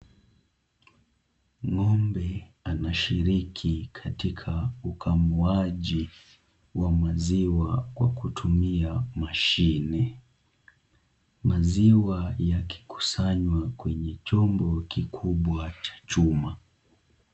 Ng'ombe anashiriki katika ukamuaji wa maziwa kwa kutumia mashine. Maziwa yakikusanywa kwenye chombo kikubwa cha chuma.